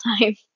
time